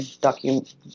document